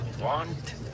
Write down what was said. want